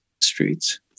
streets